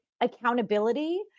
accountability